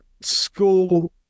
school